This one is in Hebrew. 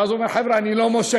ואז הוא אומר: חבר'ה, אני לא מושך,